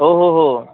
ओहोहो